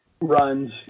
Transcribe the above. runs